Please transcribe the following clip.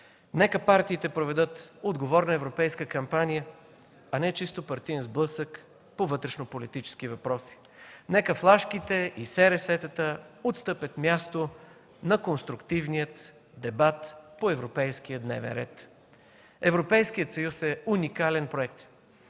Нека партиите проведат отговорна европейска капания, а не чисто партиен сблъсък по вътрешнополитически въпроси. Нека флашките и СРС-тата отстъпят място на конструктивния дебат по европейския дневен ред. Европейският съюз е уникален проект,